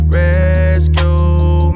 rescue